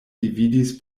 dividis